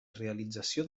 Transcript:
realització